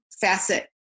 facet